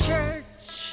Church